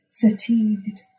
fatigued